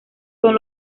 son